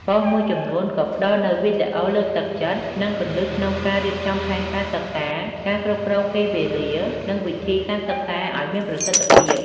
ប៉ុស្តិ៍មួយចំនួនក៏ផ្ដល់នូវ វីដេអូលើកទឹកចិត្ត និងគន្លឹះក្នុងការរៀបចំផែនការសិក្សា ការគ្រប់គ្រងពេលវេលា និងវិធីសាស្រ្តសិក្សាឲ្យមានប្រសិទ្ធភាព។